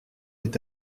est